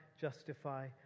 justify